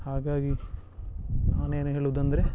ಹಾಗಾಗಿ ನಾನೇನು ಹೇಳುದಂದರೆ